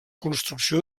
construcció